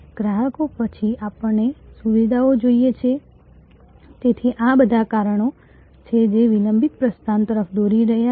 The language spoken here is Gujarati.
તેથી ગ્રાહકો પછી આપણે સુવિધાઓ જોઈએ છીએ તેથી આ બધા કારણો છે જે વિલંબિત પ્રસ્થાન તરફ દોરી રહ્યા છે